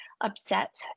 upset